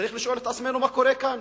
צריך לשאול את עצמנו מה קורה כאן.